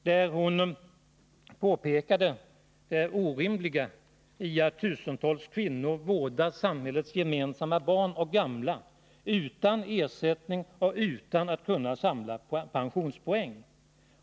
Hon påpekade där det orimliga i att tusentals kvinnor vårdar samhällets gemensamma barn och gamla utan ersättning och utan att kunna samla pensionspoäng.